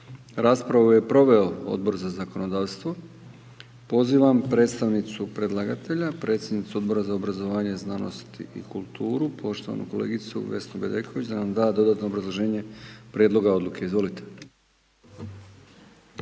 Raspravu je proveo Odbor za zakonodavstvo. Pozivam predstavnicu predlagatelja, predsjedniku Odbora za obrazovanje, znanost i kulturu poštovanu kolegicu Vesnu Bedeković da nam da dodatno obrazloženje Prijedloga odluke. Izvolite.